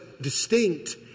distinct